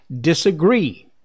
disagree